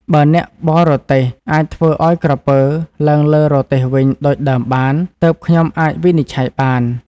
បើអ្នកបរទេះអាចធ្វើឲ្យក្រពើឡើងលើរទេះវិញដូចដើមបាន ទើបខ្ញុំអាចវិនិច្ឆ័យបាន"។